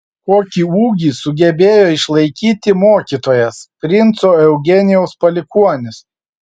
kokį ūgį sugebėjo išlaikyti mokytojas princo eugenijaus palikuonis